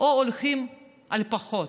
או הולכים על פחות?